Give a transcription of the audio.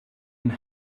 and